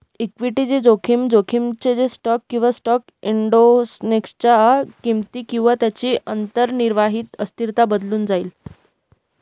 equity जोखीम, जोखीम जे स्टॉक किंवा स्टॉक इंडेक्सच्या किमती किंवा त्यांची अंतर्निहित अस्थिरता बदलून जाईल